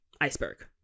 iceberg